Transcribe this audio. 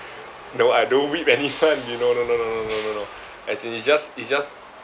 no I don't whip anyone no no no no no no as in it's just it's just